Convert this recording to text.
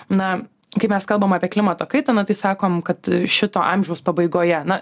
na kai mes kalbam apie klimato kaitą na tai sakom kad šito amžiaus pabaigoje na